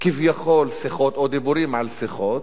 כביכול שיחות, או דיבורים על שיחות,